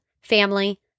family